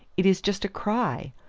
it is just a cry.